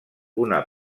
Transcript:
una